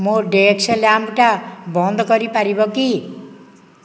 ମୋ ଡେସ୍କ୍ ଲ୍ୟାମ୍ପ୍ଟା ବନ୍ଦ କରି ପାରିବ କି